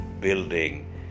building